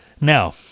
Now